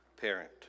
parent